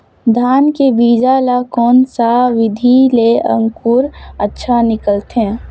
धान के बीजा ला कोन सा विधि ले अंकुर अच्छा निकलथे?